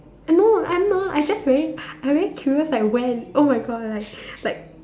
I know I don't know I just very I very curious like when oh-my-God like like